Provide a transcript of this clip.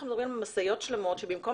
אנחנו מדברים על משאיות שלמות שבמקום